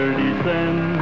descend